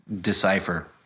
decipher